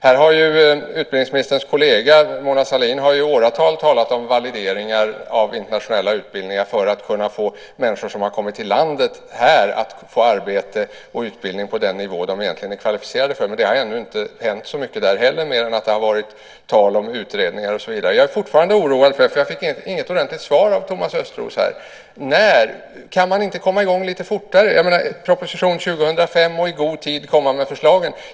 Här har ju utbildningsministerns kollega Mona Sahlin i åratal talat om valideringar av internationella utbildningar för att kunna få människor som har kommit hit till landet att få arbete och utbildning på den nivå som de egentligen är kvalificerade för. Det har ännu inte hänt så mycket där heller mer än att det har varit tal om utredningar och så vidare. Jag är fortfarande oroad för, och jag fick inget ordentligt svar av Thomas Östros, när det här kan ske. Kan man inte komma i gång lite snabbare? Det talas om en proposition 2005 och om att i god tid komma med förslagen.